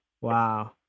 Wow